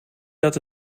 dat